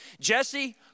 Jesse